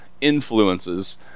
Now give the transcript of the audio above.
influences